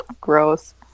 Gross